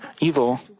evil